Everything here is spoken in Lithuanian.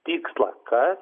tikslą kas